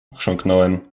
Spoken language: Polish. chrząknąłem